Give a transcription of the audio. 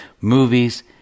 movies